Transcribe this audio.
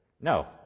No